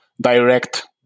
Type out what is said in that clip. direct